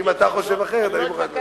אם אתה חושב אחרת אני מוכן להתווכח על זה.